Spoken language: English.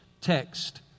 text